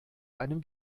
einem